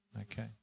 Okay